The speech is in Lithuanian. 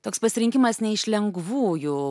toks pasirinkimas ne iš lengvųjų